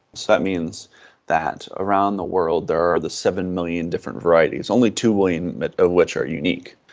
so that means that around the world there are the seven million different varieties, only two million of which are unique,